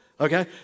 okay